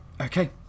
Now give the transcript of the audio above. okay